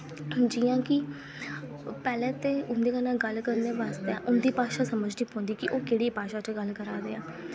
जि'यां कि पैह्लों ते उं'दै कन्नै गल्ल करनै आस्तै उं'दी भाशा समझनी पौंदी कि ओह् केह्ड़ी भाशा च गल्ल करा दे ऐ